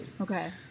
Okay